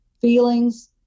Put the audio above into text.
feelings